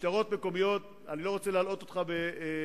משטרות מקומיות, אני לא רוצה להלאות אותך בפרטים,